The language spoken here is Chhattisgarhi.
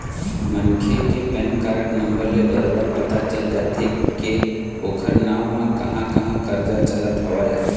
मनखे के पैन कारड नंबर ले बरोबर पता चल जाथे के ओखर नांव म कहाँ कहाँ करजा चलत हवय